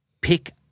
pick